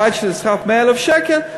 הבית ששכרת הוא 100,000 שקל,